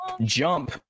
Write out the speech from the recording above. Jump